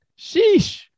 Sheesh